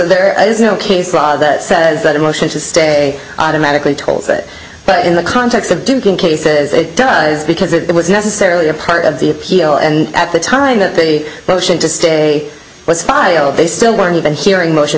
there is no case law that says that a motion to stay automatically told that but in the context of duping cases it does because it was necessarily a part of the appeal and at the time that they motioned to stay was filed they still weren't even hearing motion